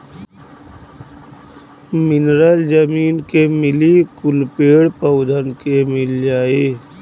mineral जमीन के मिली कुल पेड़ पउधन के मिल जाई